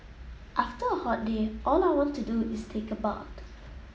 after a hot day all I want to do is take a bath